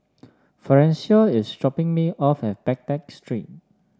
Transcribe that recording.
Florencio is dropping me off at Baghdad Street